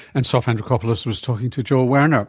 and sof andrikopoulos was talking to joel werner